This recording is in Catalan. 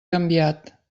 canviat